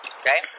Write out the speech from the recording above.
okay